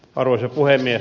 arvoisa puhemies